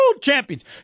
champions